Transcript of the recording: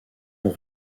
ont